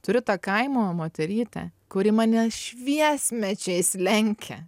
turi tą kaimo moterytę kuri mane šviesmečiais lenkia